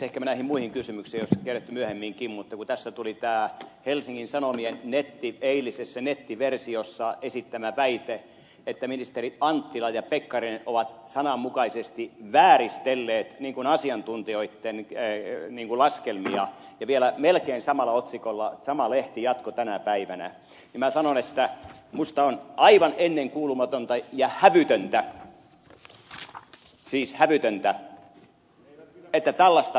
ehkä näihin muihin kysymyksiin olisi keritty myöhemminkin mutta kun tässä tuli tämä helsingin sanomien eilisessä nettiversiossa esittämä väite että ministerit anttila ja pekkarinen ovat sananmukaisesti vääristelleet asiantuntijoitten laskelmia ja vielä melkein samalla otsikolla sama lehti jatkoi tänä päivänä niin minä sanon että minusta on aivan ennenkuulumatonta ja hävytöntä siis hävytöntä että tällaista väitetään